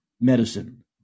Medicine